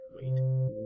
Wait